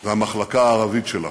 והמחלקה הערבית שלה.